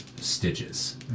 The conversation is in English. stitches